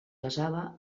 basava